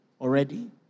already